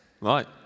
Right